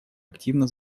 активно